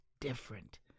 different